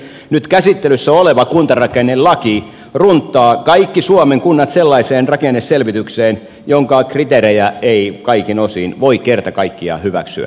nyt käsittelyssä oleva kuntarakennelaki runttaa kaikki suomen kunnat sellaiseen rakenneselvitykseen jonka kriteerejä ei kaikin osin voi kerta kaikkiaan hyväksyä